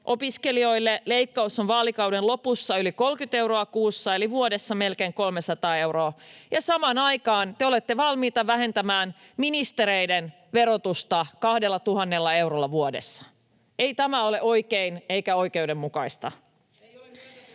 Opiskelijoille leikkaus on vaalikauden lopussa yli 30 euroa kuussa eli vuodessa melkein 300 euroa, ja samaan aikaan te olette valmiita vähentämään ministereiden verotusta 2 000 eurolla vuodessa. Ei tämä ole oikein eikä oikeudenmukaista.